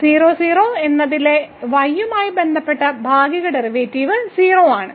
00 എന്നതിലെ y യുമായി ബന്ധപ്പെട്ട ഭാഗിക ഡെറിവേറ്റീവ് 0 ആണ്